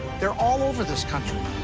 they're all over this country.